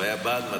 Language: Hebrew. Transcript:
הוא היה בעד מתנות,